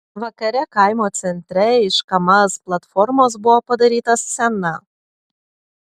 vakare kaimo centre iš kamaz platformos buvo padaryta scena